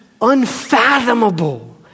unfathomable